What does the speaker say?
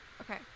Okay